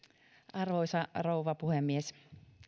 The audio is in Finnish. arvoisa rouva puhemies